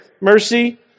Mercy